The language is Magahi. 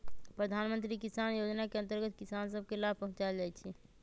प्रधानमंत्री किसान जोजना के अंतर्गत किसान सभ के लाभ पहुंचाएल जाइ छइ